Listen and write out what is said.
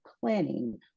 planning